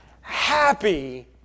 Happy